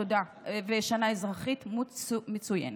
תודה, ושנה אזרחית מצוינת.